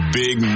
big